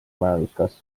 majanduskasv